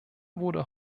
wurde